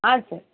ஆ சரி